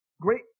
great